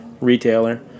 retailer